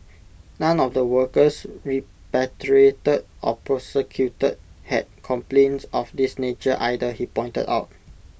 none of the workers repatriated or prosecuted had complaints of this nature either he pointed out